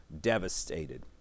devastated